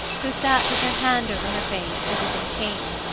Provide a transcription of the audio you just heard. who sat with her hand over her face as if in pain.